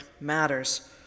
matters